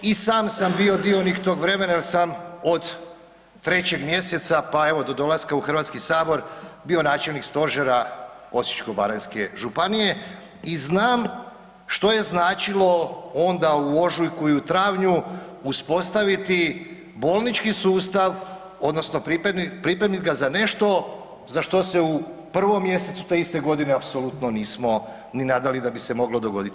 I sam sam bio dionik tog vremena jer sam od 3. mjeseca pa evo do dolaska u Hrvatski sabor bio načelnik stožera Osječko-baranjske županije i znam što je značilo onda u ožujku i u travnju uspostaviti bolnički sustav odnosno pripremiti ga za nešto za što se u 1. mjesecu te iste godine apsolutno nismo ni nadali da bi se moglo dogoditi.